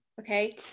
Okay